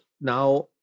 Now